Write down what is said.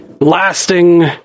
Lasting